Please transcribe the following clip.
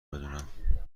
بدونم